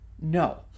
No